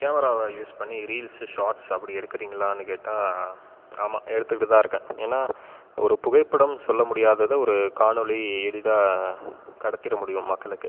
கேமராவை யூஸ் பண்ணி reels shorts அப்படி எடுக்குறீங்களானு கேட்டால் ஆமாம் எடுத்துட்டு தான் இருக்கேன் ஏன்னா ஒரு புகைப்படம் சொல்ல முடியாததை ஒரு காணொளி எளிதாக கடத்திவிட முடியும் மக்களுக்கு